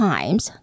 Times